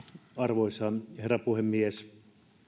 arvoisa herra puhemies